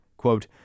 Quote